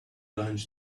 lunch